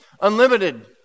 Unlimited